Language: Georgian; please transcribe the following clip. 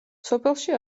სოფელში